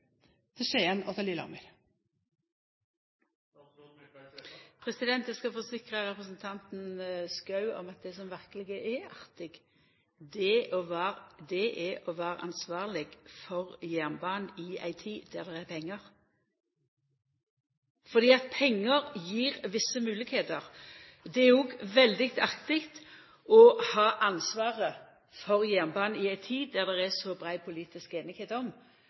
Eg skal forsikra representanten Schou om at det som verkeleg er artig, er å vera ansvarleg for jernbanen i ei tid der det er pengar, for pengar gjev nokre moglegheiter. Det er òg veldig artig å ha ansvaret for jernbanen i ei tid der det er så brei politisk semje om